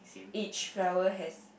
each flower has